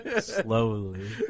Slowly